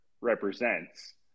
represents